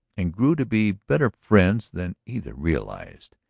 and grew to be better friends than either realized.